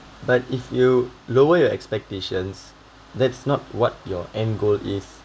but if you lower your expectations that's not what your end goal is